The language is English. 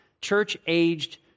church-aged